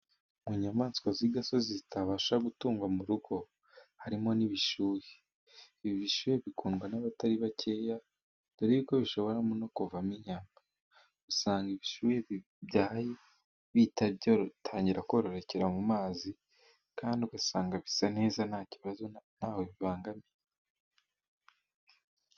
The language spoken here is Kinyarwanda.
Mu nyamaswa z'igasozi zitabasha gutungwa mu rugo harimo n'ibishuhe, ibi bishuhe bikundwa n'abatari bakeya dore yuko bishobora no kuvamo inya, usanga ibishuhe bibyaye bihita bitangira kororokera mu mazi kandi ugasanga bisa neza ntawe bibangamiye.